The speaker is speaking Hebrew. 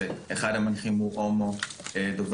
שאחד המנחים בה הוא הומו דרוזי,